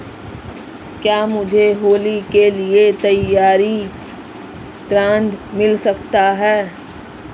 क्या मुझे होली के लिए त्यौहारी ऋण मिल सकता है?